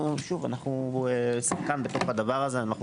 אנחנו שחקן בתוך הדבר הזה.